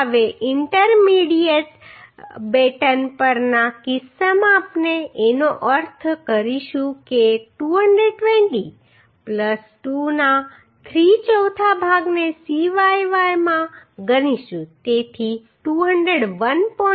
હવે ઇન્ટરમીડિયેટ બેટન પરના કિસ્સામાં આપણે એનો અર્થ કરીશું કે 220 2 ના 3 ચોથા ભાગને cyy માં ગણીશું તેથી તે 201